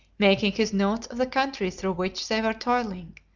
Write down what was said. making his notes of the country through which they were toiling,